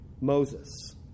Moses